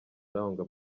arangwa